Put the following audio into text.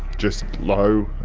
just low,